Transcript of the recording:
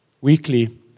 weekly